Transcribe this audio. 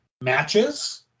matches